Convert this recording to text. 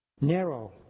Narrow